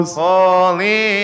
holy